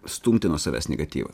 stumti nuo savęs negatyvą